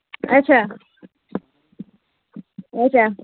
اَچھا اَچھا